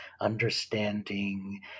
understanding